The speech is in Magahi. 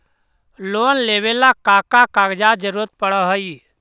लोन लेवेला का का कागजात जरूरत पड़ हइ?